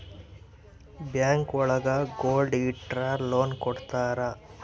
bank ಒಳಗ gold ಇಟ್ರ loan ಕೊಡ್ತಾರ